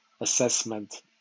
assessment